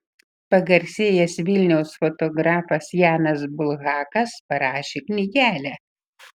pagarsėjęs vilniaus fotografas janas bulhakas parašė knygelę